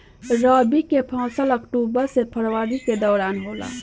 रबी के मौसम अक्टूबर से फरवरी के दौरान होला